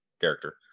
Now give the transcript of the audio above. character